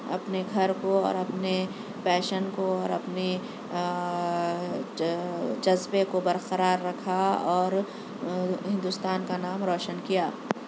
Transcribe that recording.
اپنے گھر کو اور اپنے پیشن کو اور اپنے جذبے کو برقرار رکھا اور ہندوستان کا نام روشن کیا